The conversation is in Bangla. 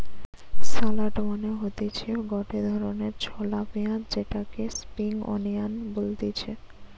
শালট মানে হতিছে গটে ধরণের ছলা পেঁয়াজ যেটাকে স্প্রিং আনিয়ান বলতিছে